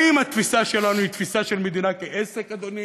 האם התפיסה שלנו היא תפיסה של מדינה כעסק, אדוני,